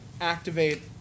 activate